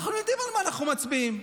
אנחנו יודעים על מה אנחנו מצביעים,